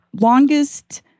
longest